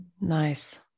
Nice